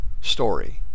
story